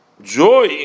joy